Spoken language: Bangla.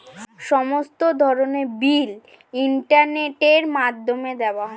সমস্ত ধরনের বিল ইন্টারনেটের মাধ্যমে দেওয়া যায়